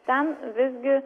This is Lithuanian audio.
ten visgi